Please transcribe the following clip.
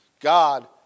God